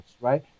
right